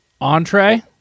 entree